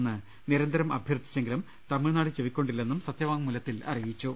മെന്ന് നിരന്തരം അഭ്യർത്ഥിച്ചെങ്കിലും തമിഴ്നാട് ചെവിക്കൊണ്ടി ല്ലെന്നും സത്യവാങ്മൂലത്തിൽ അറിയിച്ചു